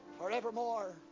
forevermore